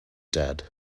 dead